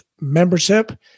membership